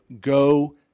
go